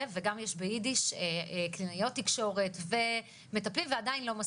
וגם יש ביידיש קלינאיות תקשורת ומטפלים ועדיין לא מספיק.